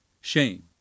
shame